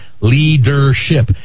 Leadership